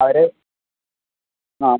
അവർ ആ